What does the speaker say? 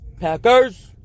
packers